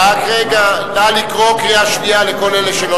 נא לקרוא קריאה שנייה לכל אלה שלא